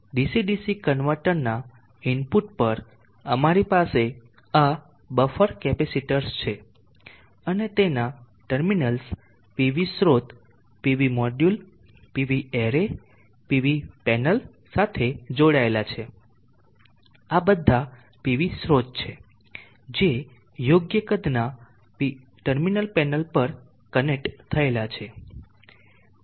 DC DC કન્વર્ટરના input પર અમારી પાસે આ બફર કેપેસિટર્સ છે અને તેના ટર્મિનલ્સ PV સ્રોત PV module PV array PV panel સાથે જોડાયેલા છે આ બધા PV સ્રોત છે જે યોગ્ય કદના ટર્મિનલ પેનલ પર કનેક્ટ થયેલા છે